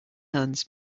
hands